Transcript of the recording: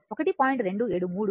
727 1